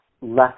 less